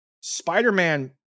Spider-Man